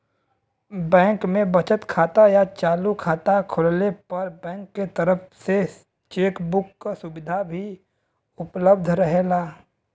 bank में बचत खाता या चालू खाता खोलले पर बैंक के तरफ से चेक बुक क सुविधा भी उपलब्ध रहेला